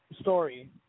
story